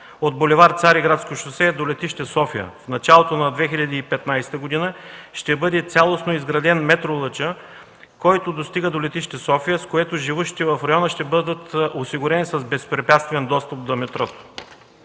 от бул. „Цариградско шосе” до летище София. В началото на 2015 г. ще бъде цялостно изграден метролъчът, който достига до летище София, с което живущите в района ще бъдат осигурени с безпрепятствен достъп до метрото.